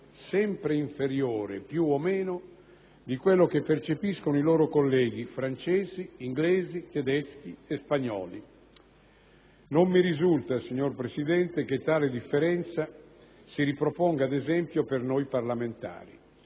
sempre inferiore, più o meno, a quello che percepiscono i loro colleghi francesi, inglesi, tedeschi e spagnoli. Non mi risulta, signor Presidente, che tale differenza si riproponga, ad esempio, per noi parlamentari